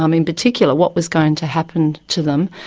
um in particular what was going to happen to them,